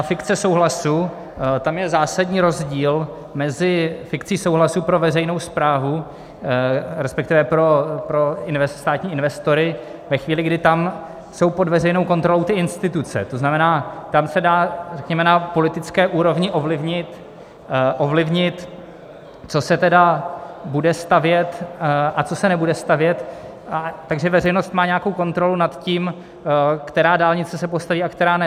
Fikce souhlasu tam je zásadní rozdíl mezi fikcí souhlasu pro veřejnou správu, respektive pro státní investory ve chvíli, kdy tam jsou pod veřejnou kontrolou ty instituce, to znamená, tam se dá, řekněme, na politické úrovni ovlivnit, co se tedy bude stavět a co se nebude stavět, takže veřejnost má nějakou kontrolu nad tím, která dálnice se postaví a která ne.